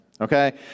okay